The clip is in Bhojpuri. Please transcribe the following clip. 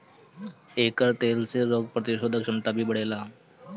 एकर तेल से रोग प्रतिरोधक क्षमता भी बढ़ेला